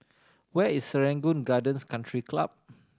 where is Serangoon Gardens Country Club